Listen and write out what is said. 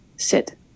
sit